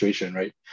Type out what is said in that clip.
right